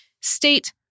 state